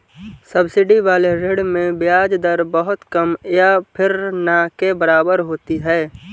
subsidy वाले ऋण में ब्याज दर बहुत कम या फिर ना के बराबर होती है